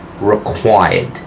required